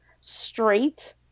straight